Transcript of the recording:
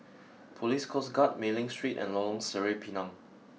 Police Coast Guard Mei Ling Street and Lorong Sireh Pinang